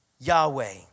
Yahweh